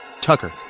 Tucker